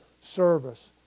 service